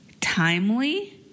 timely